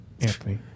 Anthony